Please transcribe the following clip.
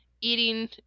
eating